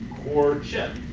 core chip,